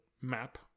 map